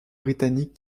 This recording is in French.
britanniques